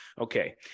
okay